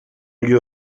lieu